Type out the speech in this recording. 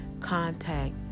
contact